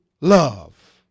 love